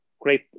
great